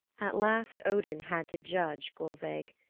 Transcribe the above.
at last odin had to judge gulveig.